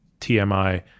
TMI